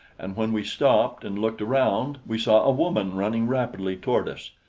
and when we stopped and looked around, we saw a woman running rapidly toward us.